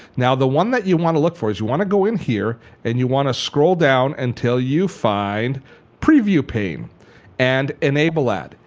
now the one that you want to look for is you want to go in here and you want to scroll down until you find preview pane and enable that.